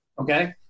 okay